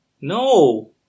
No